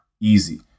easy